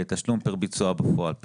בתשלום פר ביצוע בפועל.